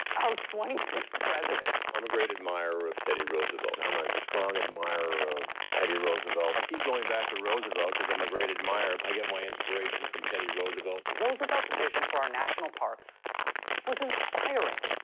our twenty sixth president. i'm a great admirer of teddy roosevelt. i'm a strong admirer of teddy roosevelt. i keep going back to roosevelt cause i'm a great admirer. i get my inspiration from teddy roosevelt. roosevelt's vision for our national parks was inspiring.